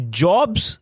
jobs